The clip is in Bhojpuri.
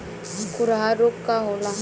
खुरहा रोग का होला?